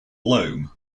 loam